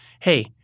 hey